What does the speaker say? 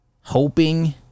hoping